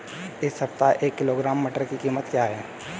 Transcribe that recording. इस सप्ताह एक किलोग्राम मटर की कीमत क्या है?